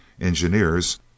engineers